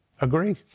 agree